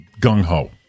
gung-ho